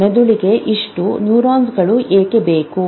ಮೆದುಳಿಗೆ ಇಷ್ಟು ನ್ಯೂರಾನ್ಗಳು ಏಕೆ ಬೇಕು